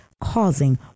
causing